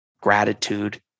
gratitude